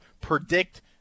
predict